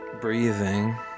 breathing